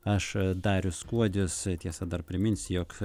aš darius kuodis tiesa dar priminsiu jog